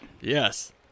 Yes